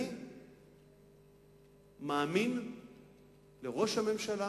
אני מאמין לראש הממשלה,